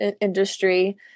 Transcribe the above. industry